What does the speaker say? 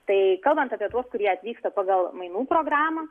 tai kalbant apie tuos kurie atvyksta pagal mainų programą